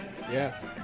yes